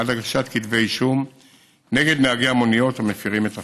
עד הגשת כתבי אישום נגד נהגי מוניות המפירים את החוק.